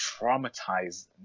traumatized